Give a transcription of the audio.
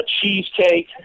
cheesecake